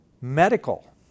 medical